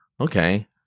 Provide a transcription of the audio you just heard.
okay